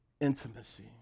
intimacy